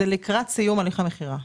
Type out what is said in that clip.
זה לקראת סיום הליכי מכירה.